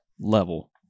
level